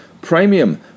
Premium